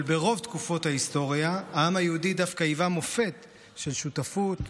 אבל ברוב תקופות ההיסטוריה העם היהודי דווקא היווה מופת של שותפות,